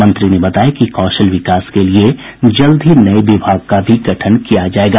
मंत्री ने बताया कि कौशल विकास के लिए जल्द ही नये विभाग का भी गठन किया जायेगा